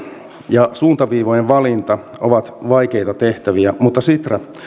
ja suuntaviivojen valinta ovat vaikeita tehtäviä mutta sitra